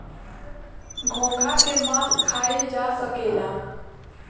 घोंघा के मास खाइल जा सकेला